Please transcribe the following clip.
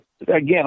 again